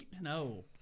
no